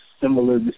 similar